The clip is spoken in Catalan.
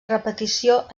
repetició